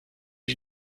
die